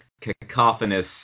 cacophonous